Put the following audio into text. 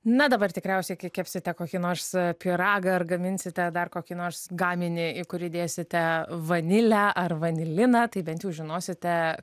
na dabar tikriausiai kepsite kokį nors pyragą ar gaminsite dar kokį nors gaminį į kurį įdėsite vanilę ar vaniliną tai bent jau žinosite